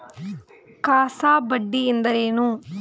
CASA ಬಡ್ಡಿ ಎಂದರೇನು?